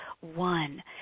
one